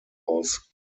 aus